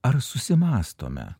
ar susimąstome